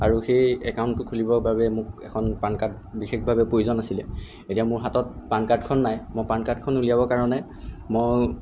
আৰু সেই একাউণ্টটো খুলিবৰ বাবে মোক এখন পান কাৰ্ড বিশেষভাৱে প্ৰয়োজন আছিলে এতিয়া মোৰ হাতত পানকাৰ্ডখন নাই মই পানকাৰ্ডখন উলিয়াবৰ কাৰণে মই